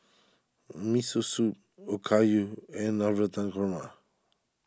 Miso Soup Okayu and Navratan Korma